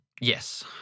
Yes